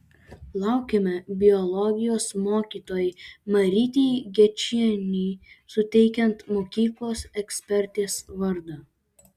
laukiame biologijos mokytojai marytei gečienei suteikiant mokytojos ekspertės vardą